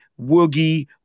woogie